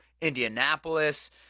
Indianapolis